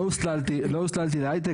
לא הוסללתי להייטק,